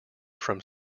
from